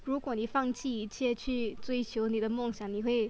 如果你放弃结局追求你的梦想你会